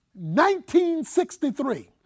1963